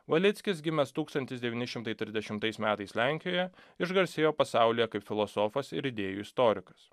valickis gimęs tūkstantis devyni šimtai trisdešimtais metais lenkijoje išgarsėjo pasaulyje kaip filosofas ir idėjų istorikas